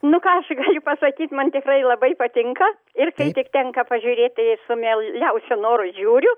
nu ką galiu pasakyt man tikrai labai patinka ir kai tik tenka pažiūrėti su mieliausiu noru žiūriu